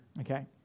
Okay